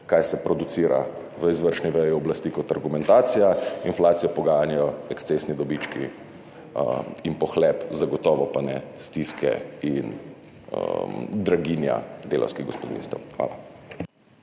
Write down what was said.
kaj se producira v izvršni veji oblasti kot argumentacija. Inflacijo poganjajo ekscesni dobički in pohlep, zagotovo pa ne stiske in draginja delavskih gospodinjstev. Hvala.